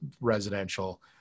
residential